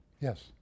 Yes